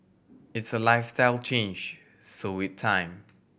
it's a lifestyle change so it time